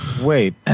Wait